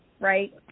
right